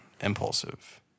impulsive